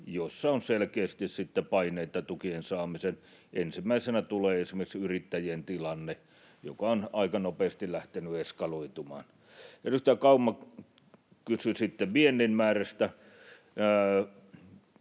joissa on selkeästi sitten paineita tukien saamiseen. Ensimmäisenä tulee esimerkiksi yrittäjien tilanne, joka on aika nopeasti lähtenyt eskaloitumaan. Edustaja Kauma kysyi sitten viennin määrästä.